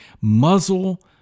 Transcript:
muzzle